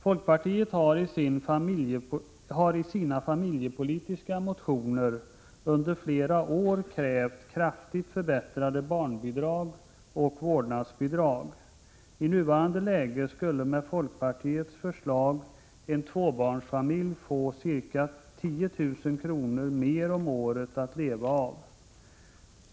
Folkpartiet har i sina familjepolitiska motioner under flera år krävt kraftigt förbättrade barnbidrag och vårdnadsbidrag. I nuvarande läge skulle folkpartiets förslag innebära att en tvåbarnsfamilj fick ca 10 000 kr. mer om året att leva av.